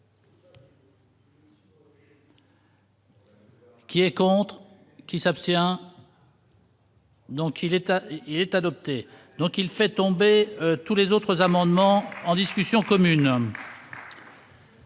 Qui est contre qui s'abstient. Donc il est il est adopté, donc il fait tomber tous les autres amendements en discussion commune.